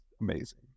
amazing